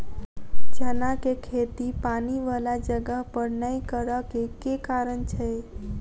चना केँ खेती पानि वला जगह पर नै करऽ केँ के कारण छै?